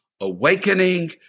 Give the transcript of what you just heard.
awakening